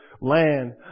land